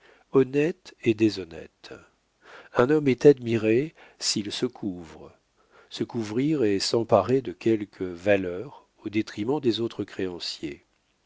honnête et déshonnête un homme est admiré s'il se couvre se couvrir est s'emparer de quelques valeurs au détriment des autres créanciers